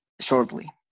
shortly